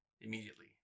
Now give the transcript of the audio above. immediately